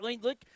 Look